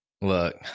Look